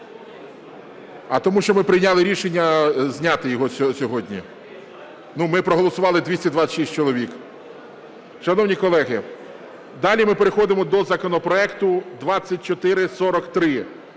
А тому що ми прийняли рішення зняти його сьогодні. Ми проголосували 226 чоловік. Шановні колеги, далі ми переходимо до законопроекту 2443.